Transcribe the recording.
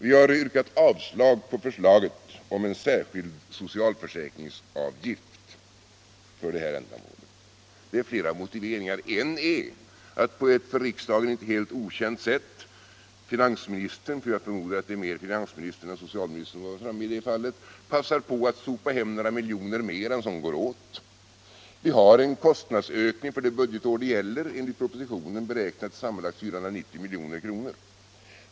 Vi har yrkat avslag på förslaget om en särskild socialavgift för det här ändamålet. Det finns flera motiveringar. En är att det på ett för riksdagen inte helt okänt sätt passar finansministern — för jag förmodar att det är mer finansministern än socialministern som varit framme i det fallet — att sopa hem några miljoner mer än som går åt. Kostnadsökningen för det budgetår det gäller är enligt propositionen beräknad till sammanlagt 490 milj.kr.